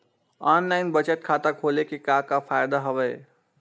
online बचत खाता खोले के का का फ़ायदा हवय